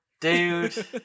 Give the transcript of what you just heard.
dude